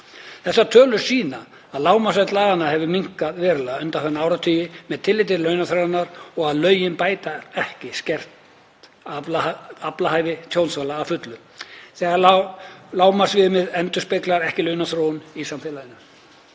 Þessar tölur sýna að lágmarksvernd laganna hefur minnkað verulega undanfarna áratugi með tilliti til launaþróunar og að lögin bæta ekki skert aflahæfi tjónþola að fullu þegar lágmarksviðmiðin endurspegla ekki launaþróun í samfélaginu.